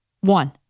One